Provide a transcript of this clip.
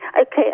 Okay